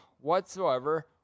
whatsoever